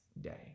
day